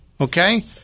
Okay